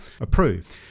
approve